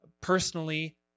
personally